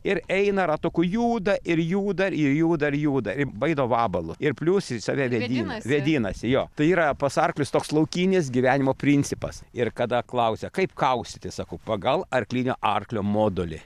ir eina ratuku juda ir juda ir juda ir juda ir baido vabalu ir plius jis save vėdina vėdinasi jo tai yra pas arklius toks laukinis gyvenimo principas ir kada klausia kaip kaustyti sakau pagal arklinio arklio modulį